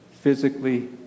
physically